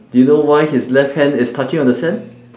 do you know why his left hand is touching on the sand